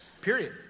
Period